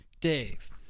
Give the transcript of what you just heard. Dave